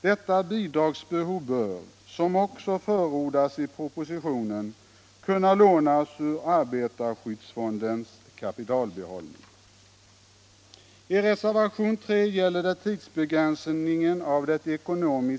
Detta bidragsbehov bör, som också förordas i propositionen, kunna lånas ur arbetarskyddsfondens kapitalbehållning.